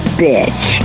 bitch